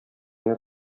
генә